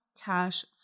cash